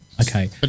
Okay